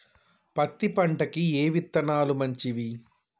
పత్తి పంటకి ఏ విత్తనాలు మంచివి?